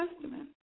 Testament